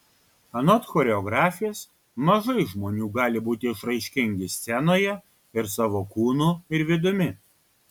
anot choreografės mažai žmonių gali būti išraiškingi scenoje ir savo kūnu ir vidumi